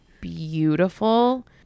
beautiful